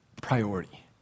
priority